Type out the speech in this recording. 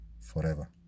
forever